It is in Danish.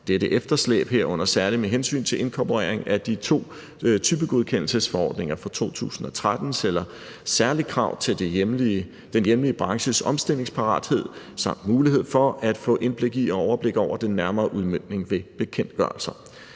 Dette efterslæb, herunder særligt med hensyn til inkorporering af de to typegodkendelsesforordninger fra 2013, stiller særlige krav til den hjemlige branches omstillingsparathed samt mulighed for at få indblik i og overblik over den nærmere udmøntning ved bekendtgørelser.